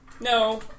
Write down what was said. No